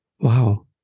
Wow